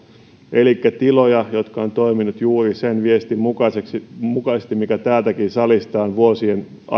elikkä tiloja jotka ovat toimineet juuri sen viestin mukaisesti mukaisesti mikä täältäkin salista on vuosien